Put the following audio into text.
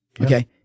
Okay